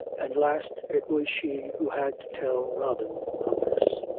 and, last, it was she who had to tell robin of this.